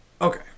Okay